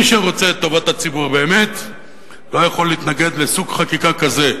מי שרוצה את טובת הציבור באמת לא יכול להתנגד לסוג חקיקה שכזה,